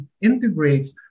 integrates